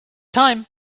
time